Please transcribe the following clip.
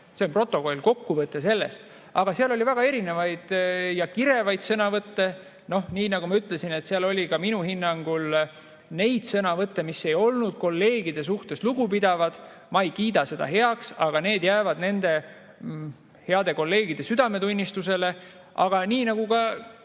See on protokoll, kokkuvõte sellest, aga seal oli väga erinevaid ja kirevaid sõnavõtte. Nii nagu ma ütlesin, seal oli minu hinnangul ka neid sõnavõtte, mis ei olnud kolleegide suhtes lugupidavad. Ma ei kiida seda heaks, aga need jäävad nende heade kolleegide südametunnistusele. Aga nii nagu ka